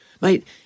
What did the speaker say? Mate